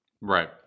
Right